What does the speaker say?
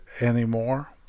anymore